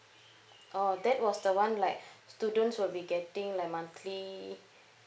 oh that was the one like students will be getting like monthly